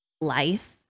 life